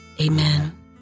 Amen